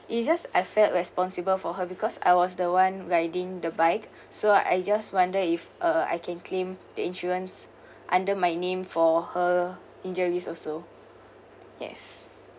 it's just I felt responsible for her because I was the one riding the bike so I just wonder if uh I can claim the insurance under my name for her injuries also yes